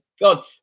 God